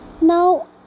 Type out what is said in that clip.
Now